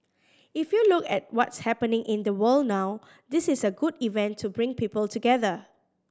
if you look at what's happening in the world now this is a good event to bring people together